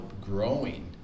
growing